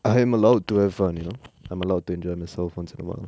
I am allowed to have fun you know I'm allowed to enjoy myself once in awhile